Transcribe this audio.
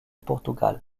portugal